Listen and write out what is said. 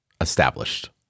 established